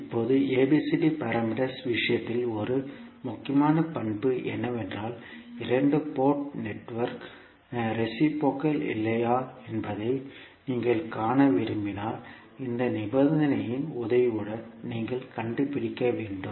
இப்போது ABCD பாராமீட்டர்ஸ் விஷயத்தில் ஒரு முக்கியமான பண்பு என்னவென்றால் இரண்டு போர்ட் நெட்வொர்க் ரேசிப்ரோகல் இல்லையா என்பதை நீங்கள் காண விரும்பினால் இந்த நிபந்தனையின் உதவியுடன் நீங்கள் கண்டுபிடிக்க வேண்டும்